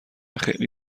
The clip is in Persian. خیلی